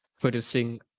producing